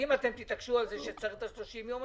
אם אתם תתעקשו על זה שצריך את ה-30 יום,